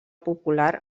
popular